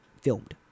filmed